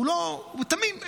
הוא תמים,